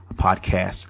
podcast